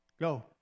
Go